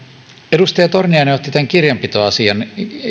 edustaja torniainen otti tämän kirjanpitoasian